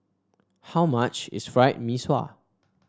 how much is Fried Mee Sua